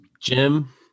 Jim